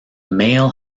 male